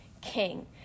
king